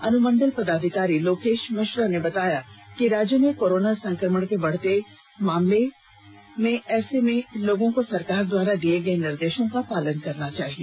अनुमंडल पदाधिकारी लोकेश मिश्रा ने बताया कि राज्य में कोरोना संक्रमण के मामले बढ़ते जा रहे हैं ऐर्स में लोगों को सरकार द्वारा दिए गए निर्देशो का पालन करना चाहिए